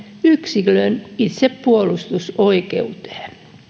yksilön itsepuolustusoikeuteen